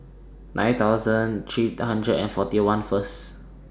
nine thousand three hundred and forty one First